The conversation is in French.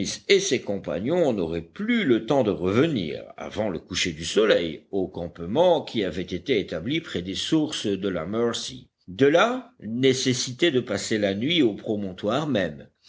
et ses compagnons n'auraient plus le temps de revenir avant le coucher du soleil au campement qui avait été établi près des sources de la mercy de là nécessité de passer la nuit au promontoire même